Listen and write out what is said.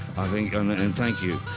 think. um and and thank you.